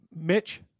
Mitch